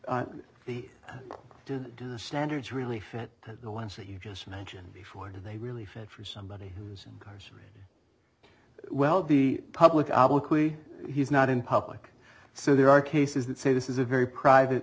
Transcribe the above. did do the standards really fit to the ones that you just mentioned before do they really fit for somebody who's incarcerated well the public he's not in public so there are cases that say this is a very private